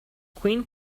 queen